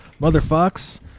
Motherfucks